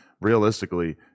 realistically